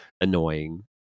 annoying